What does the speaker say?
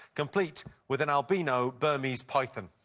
complete with an albino burmese python.